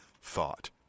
thought